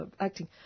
acting